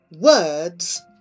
Words